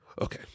Okay